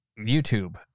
YouTube